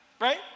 Right